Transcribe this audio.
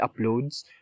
uploads